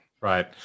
right